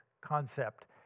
concept